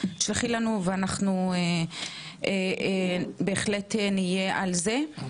ואנחנו בהחלט נהיה על זה.